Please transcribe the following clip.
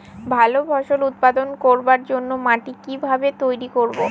ভালো ফসল উৎপাদন করবার জন্য মাটি কি ভাবে তৈরী করব?